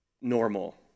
normal